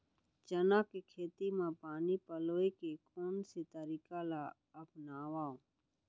चना के खेती म पानी पलोय के कोन से तरीका ला अपनावव?